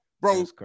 Bro